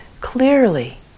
clearly